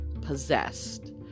possessed